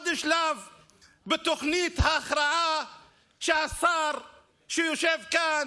בתוכנית ההכרעה שהשר שיושב כאן,